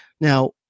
Now